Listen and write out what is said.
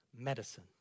medicine